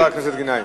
חבר הכנסת גנאים.